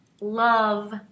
love